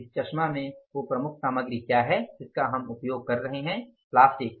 इस चश्मा में वो प्रमुख सामग्री क्या है जिसका हम उपयोग कर रहे हैं प्लास्टिक